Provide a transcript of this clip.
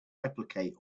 replicate